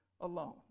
alone